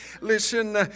Listen